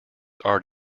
art